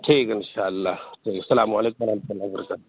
ٹھیک ہے ان شاء اللہ السّلام علیکم وحمتہ اللہ و برکاتہ